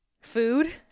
food